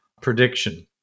prediction